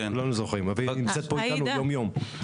כולנו זוכרים, והיא נמצאת פה אתנו יום יום.